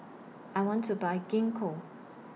I want to Buy Gingko